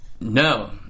No